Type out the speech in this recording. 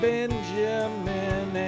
Benjamin